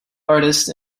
artist